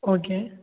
okay